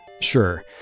Sure